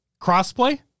Crossplay